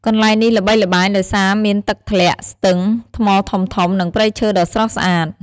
កន្លែងនេះល្បីល្បាញដោយសារមានទឹកធ្លាក់ ស្ទឹង ថ្មធំៗ និងព្រៃឈើដ៏ស្រស់ស្អាត។